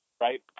right